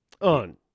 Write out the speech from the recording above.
on